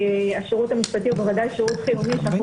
כי השירות המשפטי הוא בוודאי שירות חיוני שאנחנו